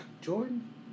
Jordan